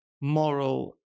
moral